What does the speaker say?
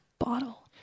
bottle